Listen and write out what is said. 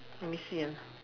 let me see ah